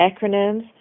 acronyms